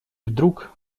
вдруг